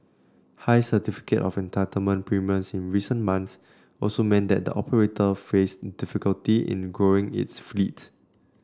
high Certificate of Entitlement premiums in recent months also meant that the operator faced difficulty in growing its fleet